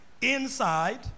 inside